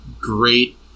great